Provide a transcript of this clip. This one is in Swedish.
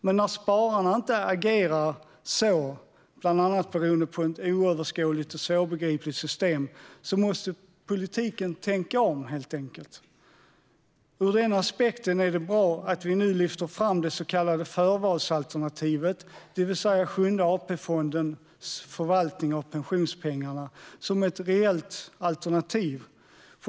Men när spararna inte agerar så, bland annat beroende på ett oöverskådligt och svårbegripligt system, måste politiken helt enkelt tänka om. Ur den aspekten är det bra att vi nu lyfter fram det så kallade förvalsalternativet, det vill säga Sjunde AP-fondens förvaltning av pensionspengarna, som ett reellt alternativ.